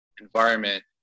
environment